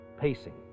pacing